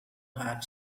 had